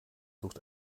sucht